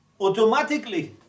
automatically